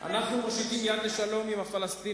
חבר הכנסת חסון,